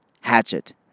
hatchet